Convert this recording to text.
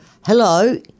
Hello